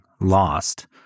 lost